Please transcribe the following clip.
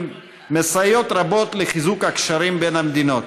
מסייעות רבות לחיזוק הקשרים בין המדינות.